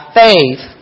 faith